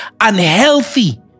unhealthy